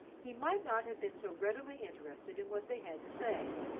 he might not have been so readily interested in what they had to say,